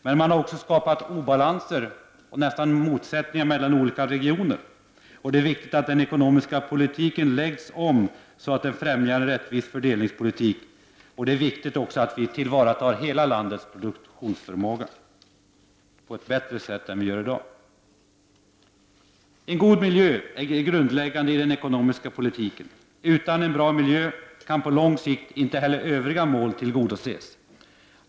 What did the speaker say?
Den har också skapat obalanser och motsättningar mellan olika regioner. Det är viktigt att den ekonomiska politiken läggs om så att den främjar en rättvis fördelningspolitik. Det är viktigt att hela landets produktionsförmåga tillvaratas på ett bättre sätt än vad vi gör i dag. En god miljö är grundläggande i den ekonomiska politiken. Utan en god miljö kan på lång sikt inte heller övriga mål uppnås.